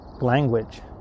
language